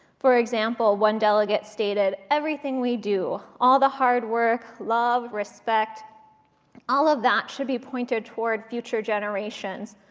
for example, one delegate stated, everything we do all the hard work, love, respect all of that should be pointed toward future generations.